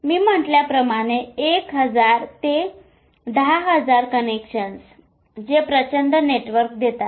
मी म्हटल्याप्रमाणे 1000 ते 10000 कनेक्शन्स जे प्रचंड नेटवर्क देतात